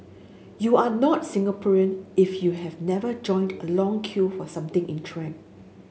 you are not Singaporean if you have never joined a long queue for something in trend